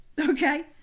Okay